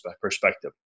perspective